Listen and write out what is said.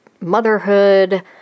motherhood